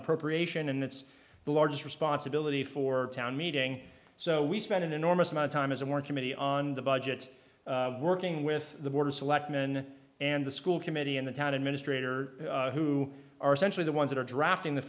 appropriation and it's the largest responsibility for town meeting so we spent an enormous amount of time as a war committee on the budgets working with the border selectman and the school committee in the town administrator who are essentially the ones that are drafting the